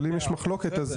אבל אם יש מחלוקת --- בסדר,